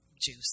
juice